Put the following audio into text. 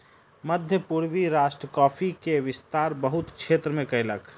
मध्य पूर्वी राष्ट्र कॉफ़ी के विस्तार बहुत क्षेत्र में कयलक